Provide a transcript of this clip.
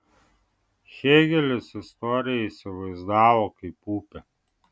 hėgelis istoriją įsivaizdavo kaip upę